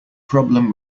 problem